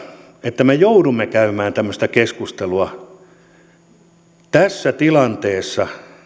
että me joudumme käymään tämmöistä keskustelua tässä tässä tilanteessa